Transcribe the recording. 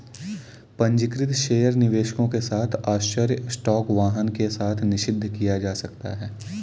पंजीकृत शेयर निवेशकों के साथ आश्चर्य स्टॉक वाहन के साथ निषिद्ध किया जा सकता है